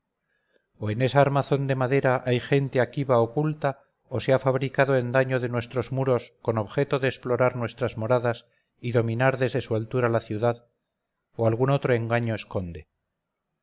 o en esa armazón de madera hay gente aquiva oculta o se ha fabricado en daño de nuestros muros con objeto de explorar nuestras moradas y dominar desde su altura la ciudad o algún otro engaño esconde